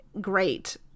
great